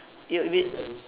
you would been